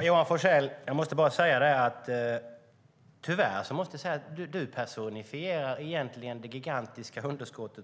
Herr talman! Jag måste tyvärr säga till Johan Forssell: Du personifierar egentligen det gigantiska underskott